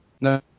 no